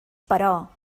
però